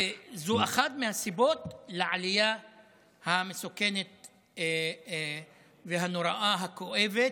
וזו אחת מהסיבות לעלייה המסוכנת והנוראה, הכואבת.